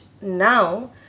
now